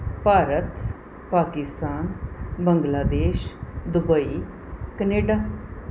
Bharat Pakistan Bangladesh Dubai Canada